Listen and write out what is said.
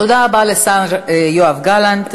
תודה רבה לשר יואב גלנט.